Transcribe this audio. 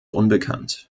unbekannt